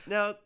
Now